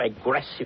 aggressive